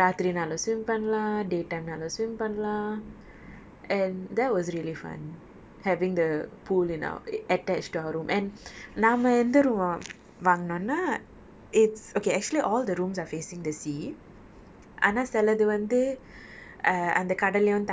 ராத்திரினாலும்:raathirinaalum swim பண்ணலாம்:pannalam day time னாலும்:naalum swim பண்ணலாம்:pannalam and that was really fun having the pool in our attached to our room and நாமே எந்த:naame entha room மே வாங்குனோனா:me vaangunona it's actually all the rooms are facing the sea